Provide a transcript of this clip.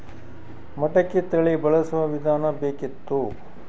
ಮಟಕಿ ತಳಿ ಬಳಸುವ ವಿಧಾನ ಬೇಕಿತ್ತು?